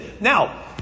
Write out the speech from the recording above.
Now